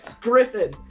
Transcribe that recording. Griffin